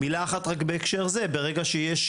מילה אחת על העניין הזה, ברגע שיש